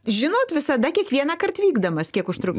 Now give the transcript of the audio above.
žinot visada kiekvienąkart vykdamas kiek užtruks